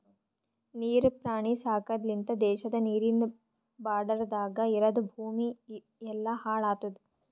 ನೀರ್ ಪ್ರಾಣಿ ಸಾಕದ್ ಲಿಂತ್ ದೇಶದ ನೀರಿಂದ್ ಬಾರ್ಡರದಾಗ್ ಇರದ್ ಭೂಮಿ ಎಲ್ಲಾ ಹಾಳ್ ಆತುದ್